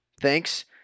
Thanks